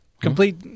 complete –